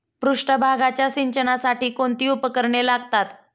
पृष्ठभागाच्या सिंचनासाठी कोणती उपकरणे लागतात?